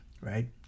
right